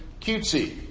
cutesy